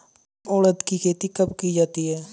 उड़द की खेती कब की जाती है?